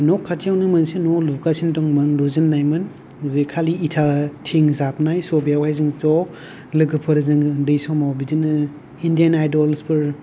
न' खाथियावनो मोनसे न' लुगासिनो दंमोन लुजेननायमोन जे खालि इटा थिं जाबनाय स' बेयावहाय जों ज' लोगोफोरजों बिदिनो इनदियान आइदलस फोर